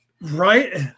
right